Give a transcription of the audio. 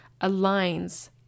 aligns